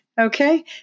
Okay